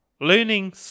learning